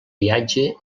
viatge